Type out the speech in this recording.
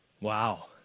Wow